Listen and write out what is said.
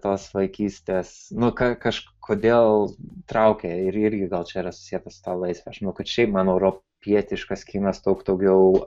tos vaikystės nu ką kažkodėl traukia ir irgi gal čia yra susieta su ta laisve aš manau kad šiaip man europietiškas kinas daug daugiau